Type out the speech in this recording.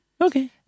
Okay